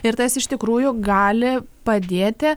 ir tas iš tikrųjų gali padėti